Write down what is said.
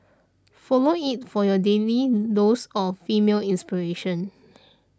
follow it for your daily dose of female inspiration